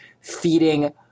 feeding